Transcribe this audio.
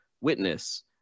Witness